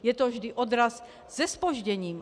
Je to vždy odraz se zpožděním.